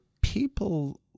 people